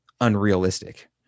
unrealistic